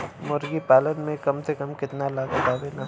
मुर्गी पालन में कम से कम कितना लागत आवेला?